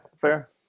fair